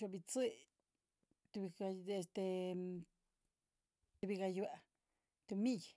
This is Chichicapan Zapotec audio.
galda’a bitzi shuu. Gaywa’ha, tuhbi milli.